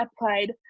applied